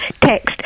text